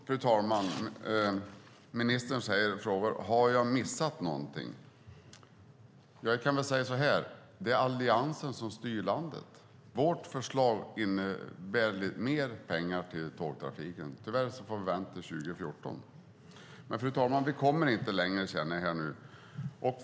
Fru talman! Ministern frågar: Har jag missat någonting? Jag kan väl säga så här: Det är Alliansen som styr landet. Vårt förslag innebär lite mer pengar till tågtrafiken. Tyvärr får vi vänta till 2014. Fru talman! Jag känner att vi inte kommer längre här nu.